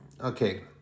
okay